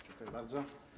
Dziękuję bardzo.